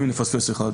ואם אני מפספס אחת